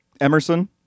Emerson